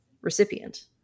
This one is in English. recipient